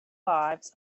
lives